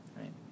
right